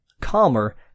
calmer